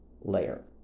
layer